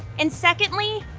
and secondly,